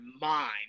mind